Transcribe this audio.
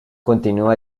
continúa